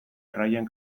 erraien